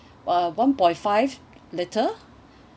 uh one point five litre